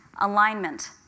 alignment